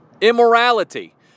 Immorality